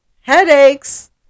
headaches